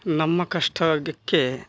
ನಮ್ಮ ಕಷ್ಟ ಗಿಕ್ಕೆ